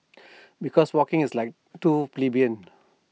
because walking is like too plebeian